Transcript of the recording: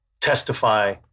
testify